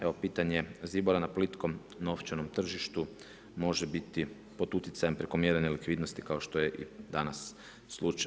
Evo pitanje ZIBOR-a na plitkom novčanom tržištu može biti pod utjecanjem prekomjerene likvidnosti kao što je i danas slučaj.